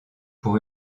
pour